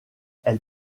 elle